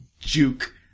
Juke